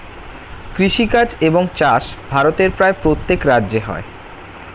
কৃষিকাজ এবং চাষ ভারতের প্রায় প্রত্যেক রাজ্যে হয়